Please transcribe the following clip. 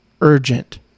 urgent